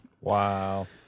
Wow